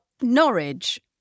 Norwich